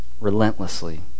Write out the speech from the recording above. relentlessly